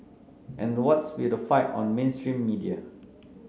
and what's with the fight on mainstream media